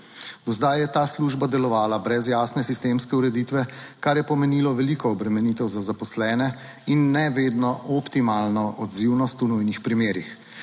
Do zdaj je ta služba delovala brez jasne sistemske ureditve, kar je pomenilo veliko obremenitev za zaposlene. In ne vedno optimalno odzivnost v nujnih primerih.